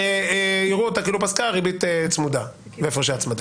יראו אותה כאילו פסקה ריבית צמודה והפרשי הצמדה.